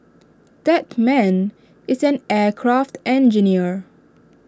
that man is an aircraft engineer